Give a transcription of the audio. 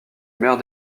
maire